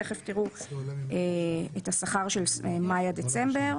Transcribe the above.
תכף תראו את השכר של מאי עד דצמבר.